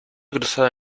cruzado